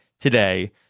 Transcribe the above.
today